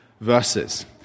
verses